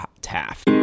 taft